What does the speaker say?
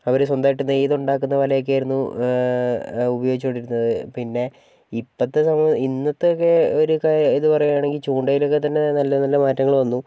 അവർ സ്വന്തമായിട്ട് നെയ്ത് ഉണ്ടാക്കുന്ന വലയൊക്കെയായിരുന്നു ഉപയോഗിച്ചുകൊണ്ടിരുന്നത് പിന്നെ ഇപ്പോഴത്തെ സമയം ഇന്നത്തെ ഒക്കെ ഒരു ക ഇത് പറയുവാണെങ്കിൽ ചൂണ്ടയിലൊക്കെ തന്നെ നല്ല നല്ല മാറ്റങ്ങൾ വന്നു